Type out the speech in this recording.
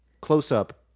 close-up